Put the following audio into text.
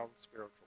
spiritual